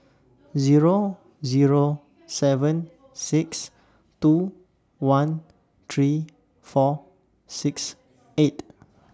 Zero Zero seven six two one three four six eight